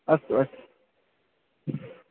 अस्तु अस्तु